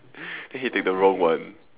then he take the wrong one